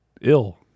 ill